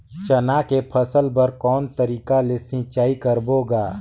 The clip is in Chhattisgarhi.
चना के फसल बर कोन तरीका ले सिंचाई करबो गा?